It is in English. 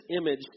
image